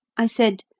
i said,